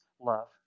love